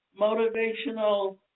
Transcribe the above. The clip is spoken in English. motivational